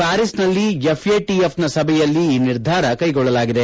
Paris ನಲ್ಲಿ F A T F ನ ಸಭೆಯಲ್ಲಿ ಈ ನಿರ್ಧಾರ ಕೈಗೊಳ್ಳಲಾಗಿದೆ